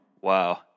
wow